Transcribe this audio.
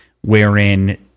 wherein